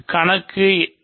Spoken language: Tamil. கணக்கு எண் 8